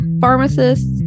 pharmacists